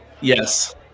Yes